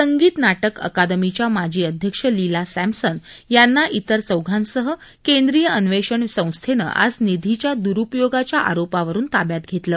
संगीत नाटक अकादमीच्या माजी अध्यक्ष लीला सॅमसन यांना तिर चौघांसह केंद्रीय अन्वेषण संस्थेने आज निधी दुरूपयोगाच्या आरोपावरुन ताब्यात घेतलं